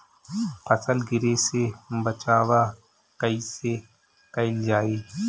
फसल गिरे से बचावा कैईसे कईल जाई?